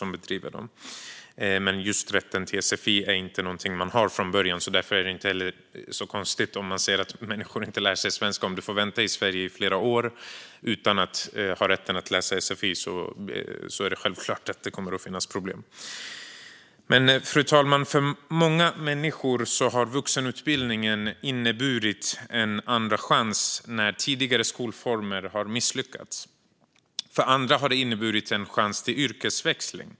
Men just rätten till sfi är inte något man har från början. Därför är det inte heller så konstigt om människor inte lär sig svenska om de får vänta i flera år. Utan rätt att läsa sfi är det självklart att det kommer att finnas problem. Fru talman! För många människor har vuxenutbildningen inneburit en andra chans när tidigare skolformer har misslyckats. För andra har det inneburit en chans till yrkesväxling.